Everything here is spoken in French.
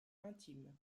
intime